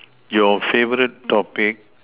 your favorite topic